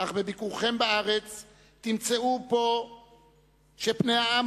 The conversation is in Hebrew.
אך בביקורכם בארץ תמצאו פה שפני העם